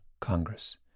Congress